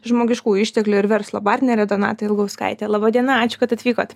žmogiškųjų išteklių ir verslo partnerė donata ilgauskaitė laba diena ačiū kad atvykot